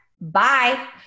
bye